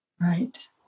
right